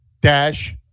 Dash